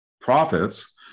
profits